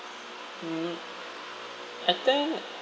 mm I think